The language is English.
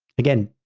again,